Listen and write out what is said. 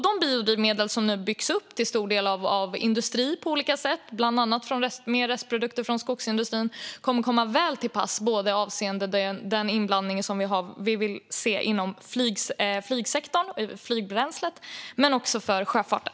De biodrivmedel som nu byggs upp, till stor del av industrin på olika sätt, bland annat baserade på restprodukter från skogsindustrin, kommer väl till pass avseende den inblandning vi vill se inom flygsektorn när det gäller flygbränslet och också för sjöfarten.